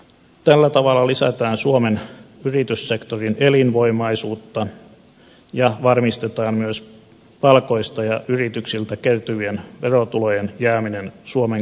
tällä tavalla lisätään suomen yrityssektorin elinvoimaisuutta ja varmistetaan myös palkoista ja yrityksiltä kertyvien verotulojen jääminen suomen kansantaloutta parantamaan